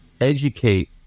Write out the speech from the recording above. educate